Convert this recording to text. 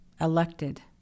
elected